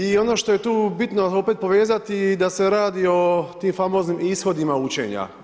I ono što je tu bitno opet povezati da se radi o tim famoznim ishodima učenja.